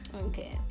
Okay